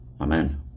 Amen